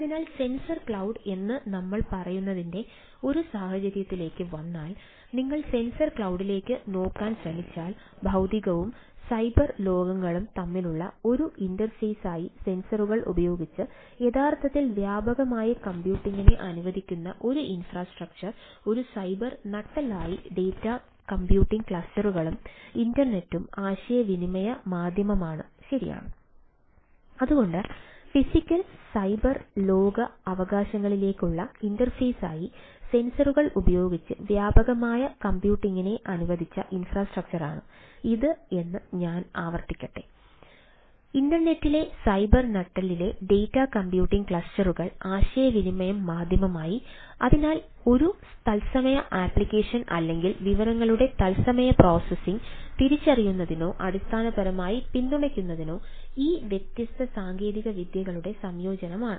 അതിനാൽ sensor cloud തിരിച്ചറിയുന്നതിനോ അടിസ്ഥാനപരമായി പിന്തുണയ്ക്കുന്നതിനോ ഈ വ്യത്യസ്ത സാങ്കേതികവിദ്യകളുടെ സംയോജനമാണ്